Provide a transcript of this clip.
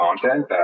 content